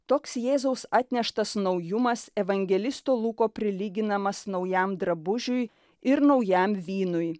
toks jėzaus atneštas naujumas evangelisto luko prilyginamas naujam drabužiui ir naujam vynui